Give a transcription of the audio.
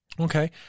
Okay